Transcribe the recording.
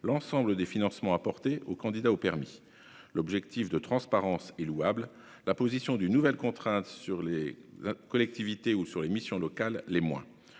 l'ensemble des financements apportés aux candidats au permis. L'objectif de transparence est louable ; imposer une nouvelle contrainte sur les collectivités ou les missions locales l'est moins.